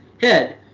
head